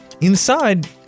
Inside